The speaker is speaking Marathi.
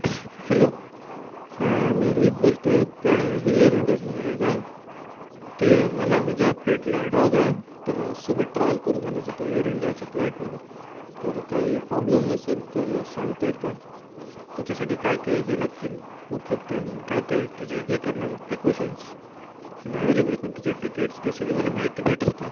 हॅलो हं मी रोहित बोलतो आहे तर हे एअर इंडियाचा नंबर आहे का ते मला माझ्या पेटला डॉग आहे त्याला सोबत ट्रॅव्हल करू घालायचं होतं एअर इंडियाच्या फ्लाईटमध्ये तर काही पॉब्लम नसेल तर सांगता येईल का त्याच्यासाठी काय काही हे लागतील उपलब्ध काय काय तिचे हे करायला लागलं प्रिकॉशन्स अनॲवेलेबल पण तिचे टिकीट्स ते सगळी मला माहिती भेटेल का